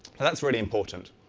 and that's really important.